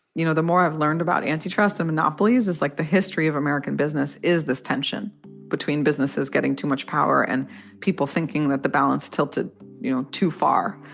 you know, the more i've learned about antitrust monopolies is like the history of american business, is this tension between businesses getting too much power and people thinking that the balance tilted you know too far.